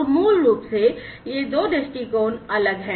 तो मूल रूप से ये दो दृष्टिकोण अलग हैं